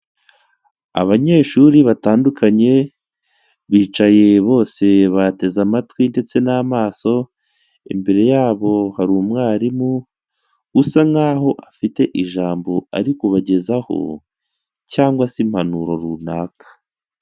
Abanyeshuri batandukanye bicaye bose bateze amatwi ndetse n'amaso, imbere yabo hari umwarimu usa nkaho afite ijambo ari kubagezaho cyangwa se impanuro runaka.